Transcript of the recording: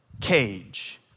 cage